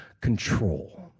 control